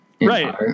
right